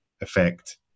effect